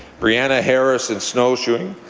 brianna harris in snowshoeing.